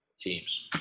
teams